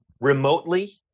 Remotely